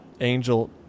angel